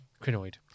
Crinoid